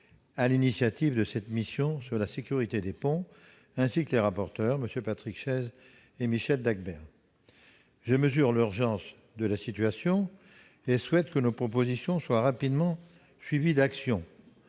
à l'initiative de cette mission consacrée à la sécurité des ponts, ainsi que les rapporteurs, MM. Patrick Chaize et Michel Dagbert. Je mesure l'urgence de la situation et souhaite que nos propositions soient rapidement suivies d'actions.